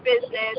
business